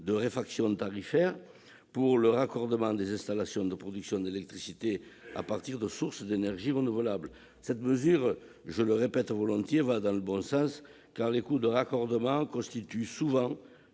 de réfaction tarifaire pour le raccordement des installations de production d'électricité à partir de sources d'énergies renouvelables. Je le répète volontiers, cette mesure va dans le bon sens, car les coûts de raccordements constituent souvent